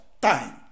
time